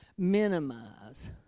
minimize